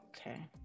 okay